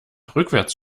rückwärts